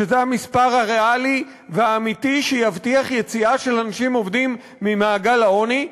שזה המספר הריאלי והאמיתי שיבטיח יציאה של אנשים עובדים ממעגל העוני.